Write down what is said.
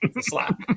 slap